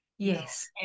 Yes